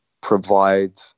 provide